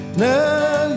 now